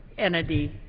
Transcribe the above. entity,